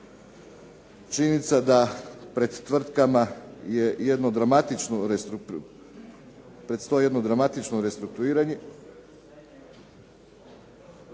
Činjenica je da pred tvrtkama predstoji jedno dramatično restruktuiranje.